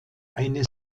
eine